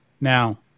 Now